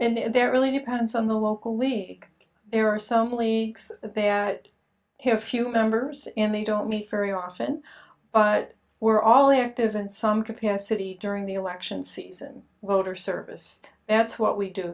and there really depends on the local league there are some leaks that have few members and they don't meet very often but we're always active in some capacity during the election season or service that's what we do